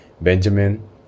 Benjamin